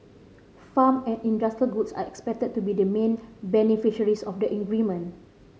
farm and industrial goods are expected to be the main beneficiaries of the